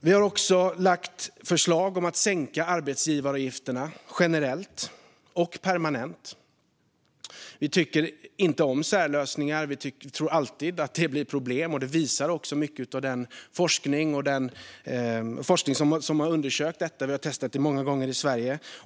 Vi har också lagt fram förslag om att arbetsgivaravgifterna ska sänkas generellt och permanent. Vi tycker inte om särlösningar. Vi tror att de alltid leder till problem, och det visar också mycket av den forskning som har undersökt detta. Det har testats många gånger i Sverige.